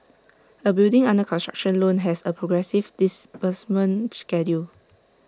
A building under construction loan has A progressive disbursement schedule